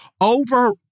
over